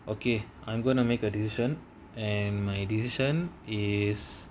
okay I'm gonna make a decision and my decision is